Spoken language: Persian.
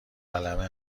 قلمه